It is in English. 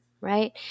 Right